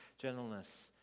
gentleness